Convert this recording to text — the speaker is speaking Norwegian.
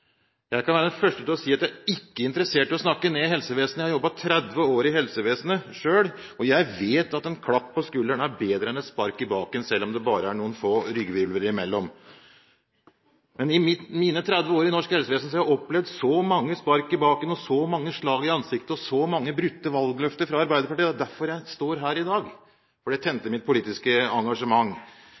Jeg skal være den første til å si at jeg ikke er interessert i å snakke ned helsevesenet. Jeg har jobbet 30 år i helsevesenet selv, og jeg vet at en klapp på skulderen er bedre enn et spark i baken, selv om det bare er noen få ryggvirvler imellom. Men i mine 30 år i norsk helsevesen har jeg opplevd så mange spark i baken og så mange slag i ansiktet og så mange brutte valgløfter fra Arbeiderpartiet. Det er derfor jeg står her i dag, for det tente mitt politiske engasjement.